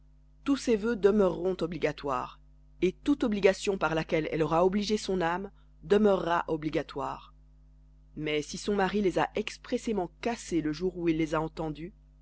tous ses vœux demeureront obligatoires et toute obligation par laquelle elle aura obligé son âme demeurera obligatoire mais si son mari les a expressément cassés le jour où il les a entendus